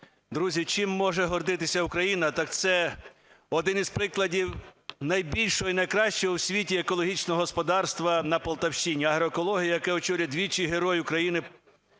Друзі, чим може гордитися Україна, так це один із прикладів найбільшого і найкращого у світі екологічного господарства на Полтавщині "Агроекологія", яку очолює двічі Герой України